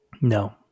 no